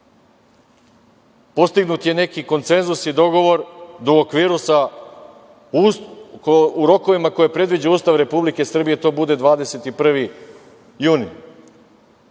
postignut je neki konsenzus i dogovor da u okviru sa, u rokovima koje predviđa Ustav Republike Srbije to bude 21. jun.